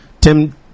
Tim